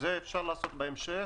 את זה אפשר לעשות בהמשך.